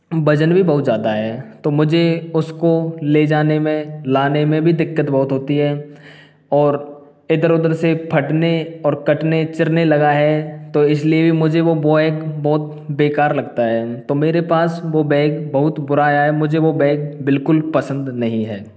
वजन भी बहुत ज़्यादा है तो मुझे उसको ले जाने में लाने में भी दिक्कत बहुत होती है और इधर उधर से फटने और कटने चिरने लगा है तो इसलिए भी मुझे वो बहुत बेकार लगता है तो मेरे पास वो बैग बहुत बुरा आया है मुझे वो बैग बिल्कुल पसंद नहीं है